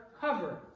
cover